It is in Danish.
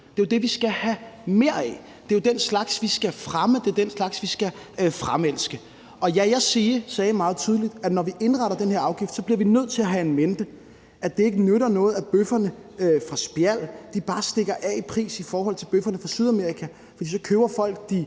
Det er det, vi skal have mere af. Det er jo den slags, vi skal fremme; det er den slags, vi skal fremelske. Ja, jeg sagde meget tydeligt, at når vi indretter den her afgift, bliver vi nødt til at have in mente, at det ikke nytter noget, at bøfferne fra Spjald bare stikker af i pris i forhold til bøfferne fra Sydamerika, for så køber folk de